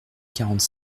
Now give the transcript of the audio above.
quarante